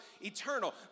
eternal